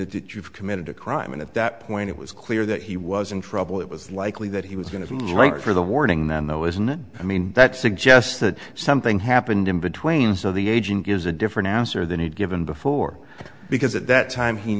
admitted that you've committed a crime and at that point it was clear that he was in trouble it was likely that he was going to write for the warning then though isn't it i mean that suggests that something happened in between so the agent gives a different answer than it given before because at that time he